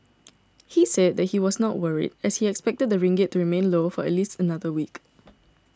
he said that he was not worried as he expected the ringgit to remain low for at least another week